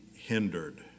hindered